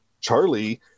Charlie